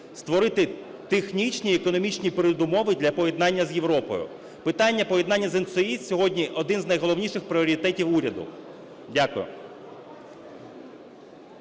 створити технічні й економічні передумови для поєднання з Європою. Питання поєднання з ……..– сьогодні один з найголовніших пріоритетів уряду. Дякую.